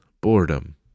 Boredom